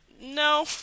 no